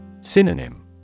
Synonym